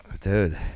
Dude